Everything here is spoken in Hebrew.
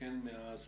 מאז